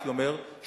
הייתי אומר,